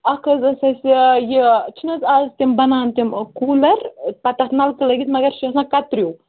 اکھ حظ ٲس اَسہِ یہِ چھِنہٕ حظ آز تِم بَنان تِم کوٗلَر پَتہٕ اَتھ نَلکہٕ لٲگِتھ مگر سُہ چھُ آسان کَتریو